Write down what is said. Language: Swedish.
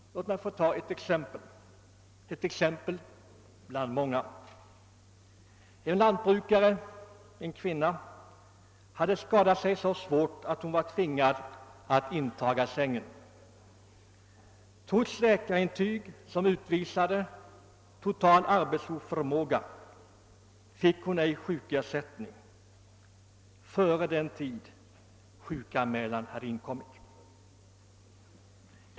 Låt mig ta ett exempel, ett bland många. En lantbrukare, en kvinna, hade skadat sig så svårt att hon var tvungen att inta sängläge. Trots läkarintyg om total arbetsoförmåga fick hon inte sjukersättning för den tid som förflutit innan sjukanmälan hade inkommit.